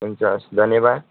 हुन्छ हस् धन्यवाद